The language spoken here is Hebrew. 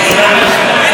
אני בהחלט אשיב.